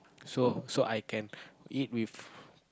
so so I can eat with